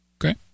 Okay